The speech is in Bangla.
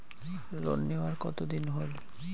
লোন নেওয়ার কতদিন হইল?